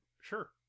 Sure